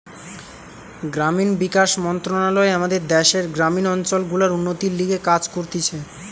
গ্রামীণ বিকাশ মন্ত্রণালয় আমাদের দ্যাশের গ্রামীণ অঞ্চল গুলার উন্নতির লিগে কাজ করতিছে